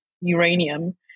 uranium